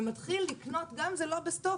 ומתחיל לקנות, גם אם זה לא בסטוקים.